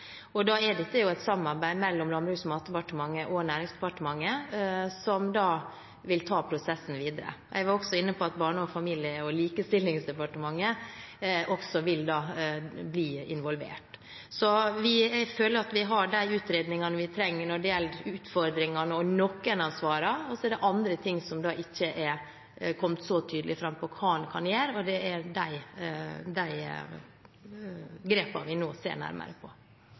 dette er jo et samarbeid mellom Landbruks- og matdepartementet og Næringsdepartementet, som da vil ta prosessen videre. Jeg var inne på at Barne-, likestillings- og inkluderingsdepartementet også vil bli involvert. Så vi føler at vi har de utredningene vi trenger når det gjelder utfordringene og noen av svarene, og så er det andre ting som ikke er kommet så tydelig fram med hensyn til hva man kan gjøre, og det er de grepene vi nå ser nærmere på.